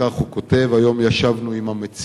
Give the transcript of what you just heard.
כך הוא כותב: היום ישבנו עם המציע,